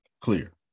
clear